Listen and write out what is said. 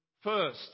first